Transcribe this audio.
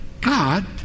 God